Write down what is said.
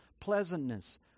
pleasantness